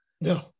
No